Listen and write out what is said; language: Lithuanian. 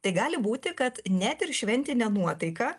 tai gali būti kad net ir šventinė nuotaika